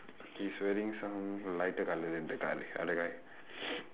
he's wearing some lighter colour than the colour other guy